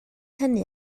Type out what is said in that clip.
hynny